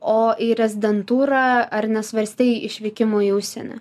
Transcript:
o į rezidentūrą ar nesvarstei išvykimo į užsienį